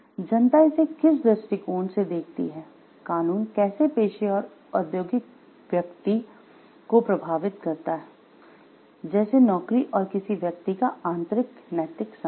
जनता इसे किस दृष्टिकोण से देखती है कानून कैसे पेशे और उद्योगिक व्यक्ति को प्रभावित करता है जैसे नौकरी और किसी व्यक्ति का आंतरिक नैतिक संघर्ष